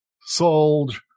sold